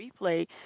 replay